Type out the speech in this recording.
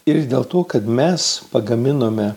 ir dėl to kad mes pagaminome